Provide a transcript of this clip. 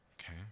Okay